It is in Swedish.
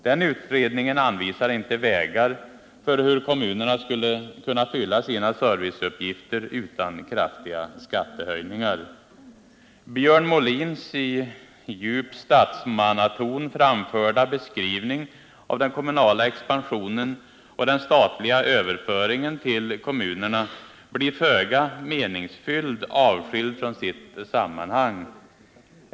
Den utredningen anvisade inte vägar för hur kommunerna skulle kunna fylla sina serviceuppgifter utan kraftiga skattehöjningar. Björn Molins, i djup statsmannaton framförda, beskrivning av den kommunala expansionen och den statliga överföringen till kommunerna blir föga meningsfylld avskild från sitt sammanhang.